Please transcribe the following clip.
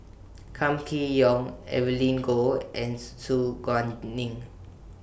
Kam Kee Yong Evelyn Goh and Su Guaning